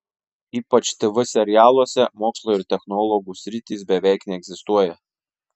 ypač tv serialuose mokslo ir technologų sritys beveik neegzistuoja